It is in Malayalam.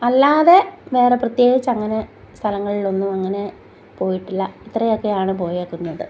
അല്ലാതെ വേറെ പ്രത്യേകിച്ച് അങ്ങനെ സ്ഥലങ്ങളിലൊന്നും അങ്ങനെ പോയിട്ടില്ല ഇത്രയൊക്കെയാണ് പോയേക്കുന്നത്